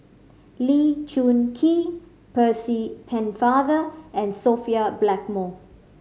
Lee Choon Kee Percy Pennefather and Sophia Blackmore